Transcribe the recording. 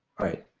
right.